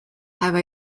have